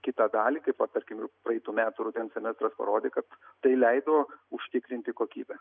kitą dalį kaip va tarkim praeitų metų rudens semestras parodė kad tai leido užtikrinti kokybę